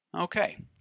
Okay